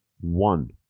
one